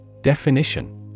Definition